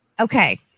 Okay